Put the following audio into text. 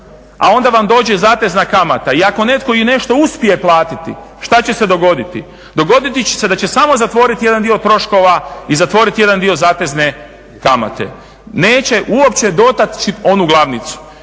a onda vam dođe zatezna kamata, i ako netko i nešto uspije platiti šta će se dogoditi? Dogoditi će se da će samo zatvoriti jedan dio troškova i zatvoriti jedan dio zatezne kamate. Neće uopće dotaći oni glavnicu.